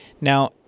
Now